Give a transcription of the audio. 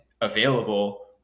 available